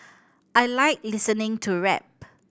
I like listening to rap